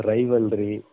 Rivalry